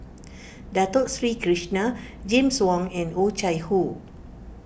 Dato Sri Krishna James Wong and Oh Chai Hoo